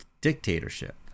dictatorship